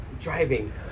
driving